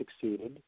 succeeded